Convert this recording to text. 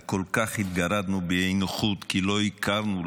וכל כך התגרדנו באי-נוחות כי לא הכרנו,